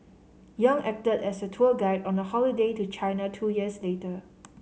Yang acted as her tour guide on a holiday to China two years later